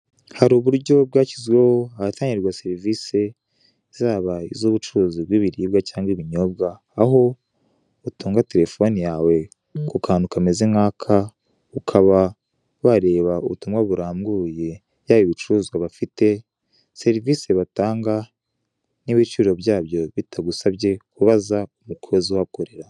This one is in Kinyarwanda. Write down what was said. Hari uburyo bwashyizweho ahatangirwa service zaba iz'ubucuruzu bw'iribwa cyangwa ibinyobwa aho utunga telephone yawe ku kantu nk'aka ngaka, ukaba wabona ubutumwa burambuye ku bicuruzwa bafite, service batanga bitagusabye kubaza umukozi uhakorera.